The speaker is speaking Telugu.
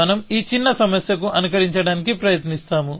మనం ఈ చిన్న సమస్యకు అనుకరించటానికి ప్రయత్నిస్తాము